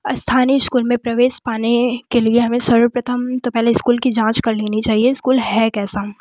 स्थानीय स्कूल में प्रवेश पाने के लिए हमें सर्वप्रथम तो पहले स्कूल की जाँच कर लेनी चाहिए स्कूल है कैसा